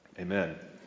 Amen